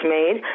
made